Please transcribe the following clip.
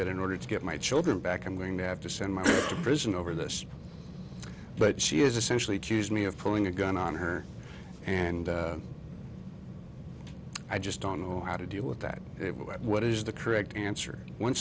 that in order to get my children back i'm going to have to send my to prison over this but she is essentially choose me of pulling a gun on her and i just don't know how to deal with that it will be what is the correct answer when